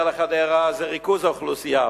בין גדרה לחדרה זה ריכוז האוכלוסייה.